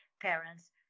parents